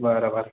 बरं बरं